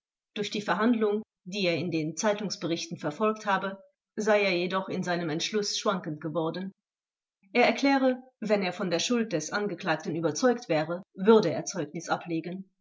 durch die verhandlung die er in den zeitungsberichten verfolgt habe sei er jedoch in seinem entschluß schwankend geworden er erkläre wenn er von der schuld des angeklagten überzeugt wäre würde er zeugnis ablegen